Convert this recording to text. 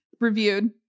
reviewed